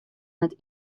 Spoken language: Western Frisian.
net